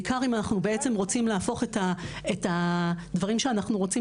בעיקר אם אנחנו רוצים להפוך את הדברים שאנחנו רוצים